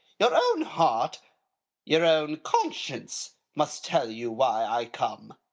your own heart your own conscience must tell you why i come.